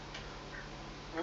mm mm